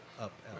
up